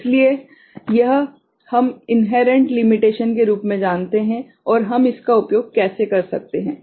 इसलिए यह हम इनहेरेंट लिमिटेशन के रूप में जानते हैं और हम इसका उपयोग कैसे कर सकते हैं